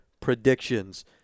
predictions